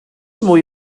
mwy